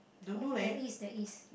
there is there is